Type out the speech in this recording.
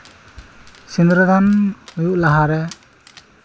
ᱥᱤᱸᱫᱽᱨᱟᱹᱫᱟᱱ ᱦᱩᱭᱩᱜ ᱞᱟᱦᱟᱨᱮ